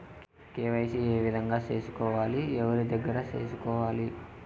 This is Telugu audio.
కె.వై.సి ఏ విధంగా సేసుకోవాలి? ఎవరి దగ్గర సేసుకోవాలి?